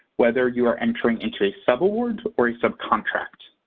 whether you are entering into a subaward or a subcontract.